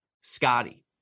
Scotty